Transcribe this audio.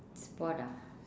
sport ah